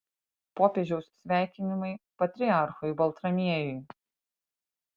popiežiaus sveikinimai patriarchui baltramiejui